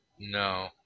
No